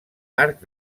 arc